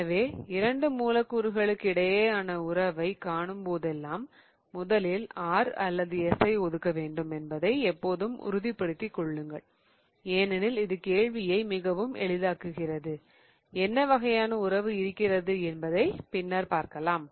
எனவே இரண்டு மூலக்கூறுகளுக்கிடையேயான உறவைக் காணும் போதெல்லாம் முதலில் R அல்லது S ஐ ஒதுக்க வேண்டும் என்பதை எப்போதும் உறுதிப்படுத்திக் கொள்ளுங்கள் ஏனெனில் இது கேள்வியை மிகவும் எளிதாக்குகிறது என்ன வகையான உறவு இருக்கிறது என்பதை பின்னர் பார்க்கலாம்